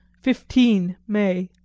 fifteen may.